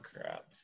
crap